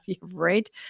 right